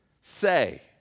say